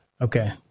Okay